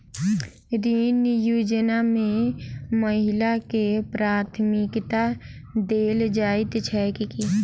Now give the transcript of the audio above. ऋण योजना मे महिलाकेँ प्राथमिकता देल जाइत छैक की?